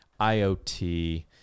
IoT